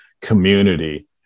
community